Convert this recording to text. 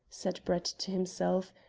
said brett to himself,